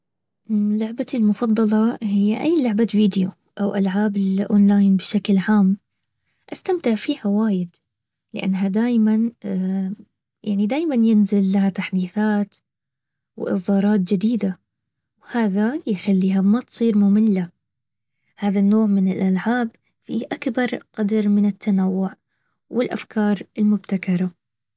لعبتي المفضلة هي اي لعبة فيديو او العاب الاونلاين بشكل عام، استمتع فيها وايد لانها دايما يعني دايما ينزل لها تحديثات واظهارات جديدة وهذا يخليها ما تصير مملة هذا النوع من الالعاب في اكبر قدر من التنوع والافكار المبتكرة